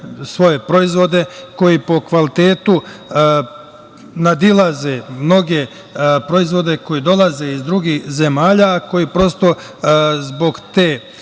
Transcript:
svoje proizvode koji po kvalitetu nadilaze mnoge proizvode koji dolaze iz drugih zemalja, a koji prosto zbog te